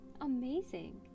amazing